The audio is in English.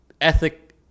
ethic